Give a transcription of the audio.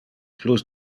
plus